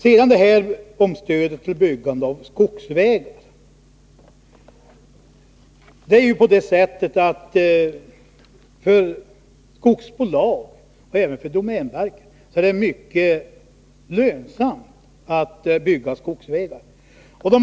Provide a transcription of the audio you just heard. Beträffande stöd till byggande av skogsvägar: För skogsbolag och även domänverket är det mycket lönsamt att bygga skogsvägar.